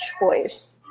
choice